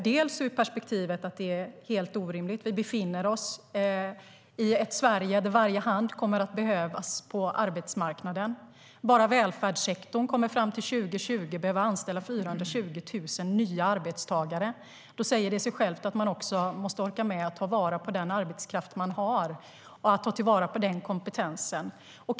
Det är helt orimligt - vi befinner oss i ett Sverige där varje hand kommer att behövas på arbetsmarknaden. Bara välfärdssektorn kommer fram till 2020 att behöva anställa 420 000 nya arbetstagare. Då säger det sig självt att man också måste orka ta vara på den arbetskraft man har och på den kompetens som finns.